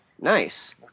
Nice